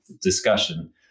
discussion